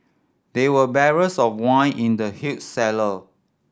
there were barrels of wine in the huge cellar